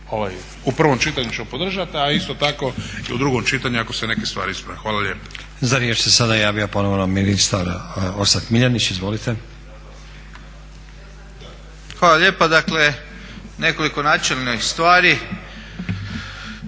u prvom čitanju ćemo podržati, a isto tako i u drugom čitanju ako se neke stvari isprave. Hvala lijepa. **Stazić, Nenad (SDP)** Za riječ se sada javio ponovno ministar Orsat Miljenić. Izvolite. **Miljenić, Orsat** Hvala lijepa. Dakle, nekoliko načelnih stvari.